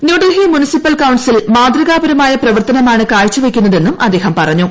New Delhi municipal council മാതൃകാപരമായ പ്രവർത്തനമാണ് കാഴ്ചവയ്ക്കുന്നതെന്നും അദ്ദേഹം പറഞ്ഞു